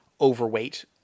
overweight